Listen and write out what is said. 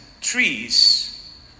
trees